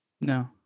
No